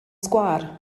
sgwâr